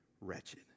wretched